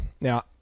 Now